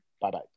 Bye-bye